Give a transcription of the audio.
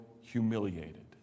humiliated